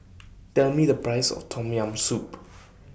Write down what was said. Tell Me The Price of Tom Yam Soup